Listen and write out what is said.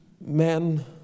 men